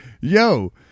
yo